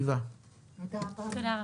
הישיבה ננעלה בשעה